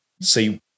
see